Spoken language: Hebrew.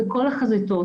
בכל החזיתות.